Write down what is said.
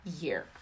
year